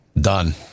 Done